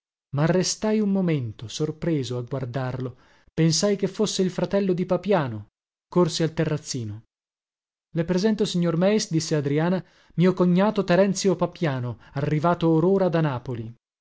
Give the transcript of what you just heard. attoniti marrestai un momento sorpreso a guardarlo pensai che fosse il fratello di papiano corsi al terrazzino le presento signor meis disse adriana mio cognato terenzio papiano arrivato or ora da napoli